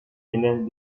venait